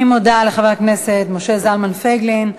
אני מודה לחבר הכנסת משה זלמן פייגלין.